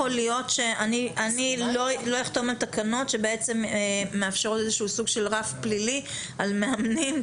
אני לא אחתום על תקנות שמאפשרות איזה שהוא סוג של רף פלילי על מאמנים,